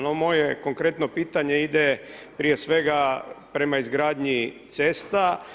No moje konkretno pitanje ide prije svega prema izgradnji cesta.